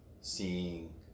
seeing